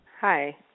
Hi